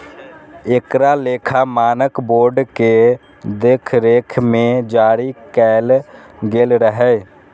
एकरा लेखा मानक बोर्ड के देखरेख मे जारी कैल गेल रहै